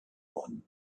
one